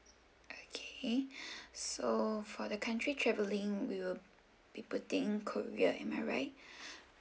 okay so for the country travelling we will be putting korea am I right